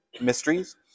mysteries